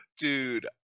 Dude